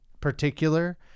particular